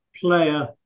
Player